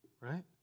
right